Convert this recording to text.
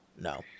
no